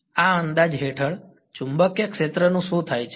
આ અંદાજ હેઠળ ચુંબકીય ક્ષેત્રનું શું થાય છે